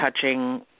touching